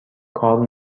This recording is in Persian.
کار